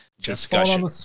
discussion